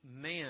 man